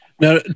Now